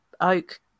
oak